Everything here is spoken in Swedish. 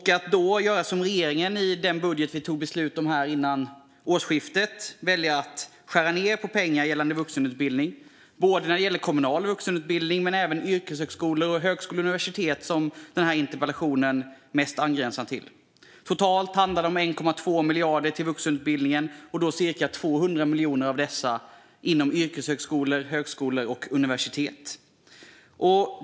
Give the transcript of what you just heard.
Då väljer regeringen, genom den budget som beslutades före årsskiftet, att skära ned på pengarna till vuxenutbildningen. Det gäller kommunal vuxenutbildning men även yrkeshögskolor, högskolor och universitet, som interpellationen berör mest. Totalt handlar det om 1,2 miljarder till vuxenutbildningen, varav cirka 200 miljoner till yrkeshögskolor, högskolor och universitet.